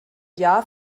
jahr